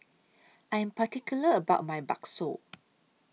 I Am particular about My Bakso